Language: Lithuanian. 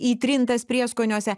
įtrintas prieskoniuose